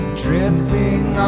dripping